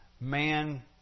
man